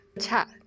chat